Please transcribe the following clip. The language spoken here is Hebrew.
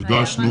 מ.ב.: הרגשנו.